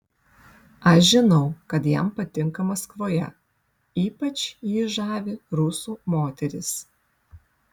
aš žinau kad jam patinka maskvoje ypač jį žavi rusų moterys